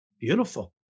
Beautiful